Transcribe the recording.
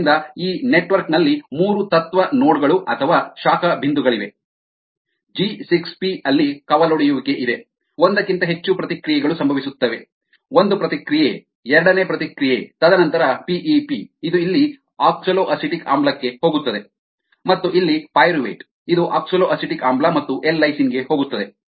ಆದ್ದರಿಂದ ಈ ನೆಟ್ವರ್ಕ್ ನಲ್ಲಿ ಮೂರು ತತ್ವ ನೋಡ್ ಗಳು ಅಥವಾ ಶಾಖಾ ಬಿಂದುಗಳಿವೆ ಜಿ 6 ಪಿ ಅಲ್ಲಿ ಕವಲೊಡೆಯುವಿಕೆ ಇದೆ ಒಂದಕ್ಕಿಂತ ಹೆಚ್ಚು ಪ್ರತಿಕ್ರಿಯೆಗಳು ಸಂಭವಿಸುತ್ತವೆ ಒಂದು ಪ್ರತಿಕ್ರಿಯೆ ಎರಡನೇ ಪ್ರತಿಕ್ರಿಯೆ ತದನಂತರ ಪಿ ಇ ಪಿ ಇದು ಇಲ್ಲಿ ಆಕ್ಸಲೋಅಸೆಟಿಕ್ ಆಮ್ಲಕ್ಕೆ ಹೋಗುತ್ತದೆ ಮತ್ತು ಇಲ್ಲಿ ಪೈರುವೇಟ್ ಇದು ಆಕ್ಸಲೋಅಸೆಟಿಕ್ ಆಮ್ಲ ಮತ್ತು ಎಲ್ ಲೈಸಿನ್ l ysine ಗೆ ಹೋಗುತ್ತದೆ